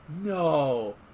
no